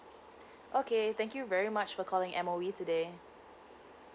okay thank you very much for calling M_O_E today